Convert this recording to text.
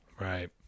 Right